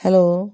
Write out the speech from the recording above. hello